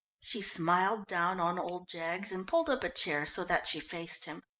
she smiled down on old jaggs, and pulled up a chair so that she faced him.